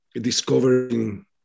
discovering